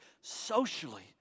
socially